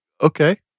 Okay